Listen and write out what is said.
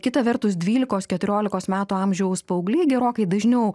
kita vertus dvylikos keturiolikos metų amžiaus paaugliai gerokai dažniau